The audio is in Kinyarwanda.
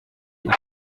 icyo